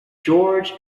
george